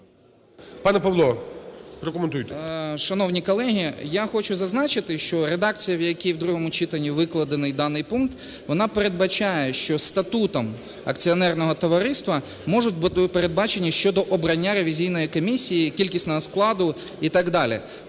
РІЗАНЕНКО П.О. Шановні колеги, я хочу зазначити, що редакція, в якій в другому читанні викладений даний пункт, вона передбачає, що статутом акціонерного товариства можуть бути передбачені щодо обрання ревізійної комісії кількісного складу і так далі.